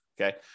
Okay